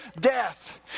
death